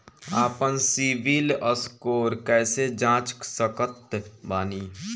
आपन सीबील स्कोर कैसे जांच सकत बानी?